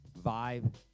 vibe